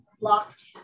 locked